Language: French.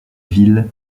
ville